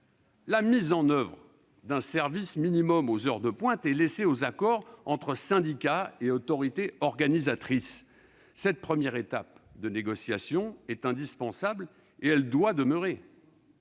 La mise en oeuvre d'un service minimum aux heures de pointe est laissée aux accords entre syndicats et autorités organisatrices. Cette première étape de négociation est indispensable, et elle doit demeurer.